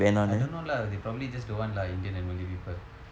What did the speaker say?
I don't know lah they probably just don't want lah indian and malay people